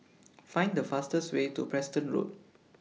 Find The fastest Way to Preston Road